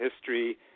history